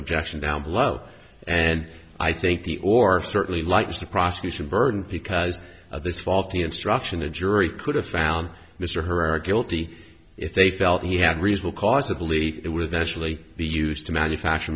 objection down below and i think the or certainly like the prosecution burden because of this faulty instruction a jury could have found mr herrera guilty if they felt he had reasonable cause to believe it was actually be used to manufacture